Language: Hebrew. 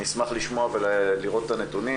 אני אשמח לשמוע ולראות את הנתונים,